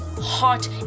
hot